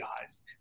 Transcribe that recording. guys